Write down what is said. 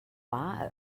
war